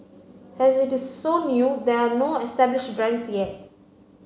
as it is so new there are no established brands yet